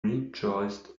rejoiced